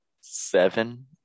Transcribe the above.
seven